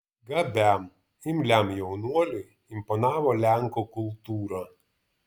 gabiam imliam jaunuoliui imponavo lenkų kultūra